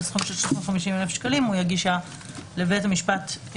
סכום של 350,000 שקלים הוא יגיש אותה לבית המשפט.